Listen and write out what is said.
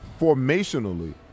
formationally